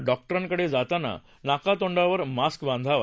डॉक्टरांकड्राताना नाकातोंडावर मास्क बांधावा